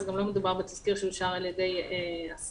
גם לא מדובר בתזכיר שאושר על ידי השר,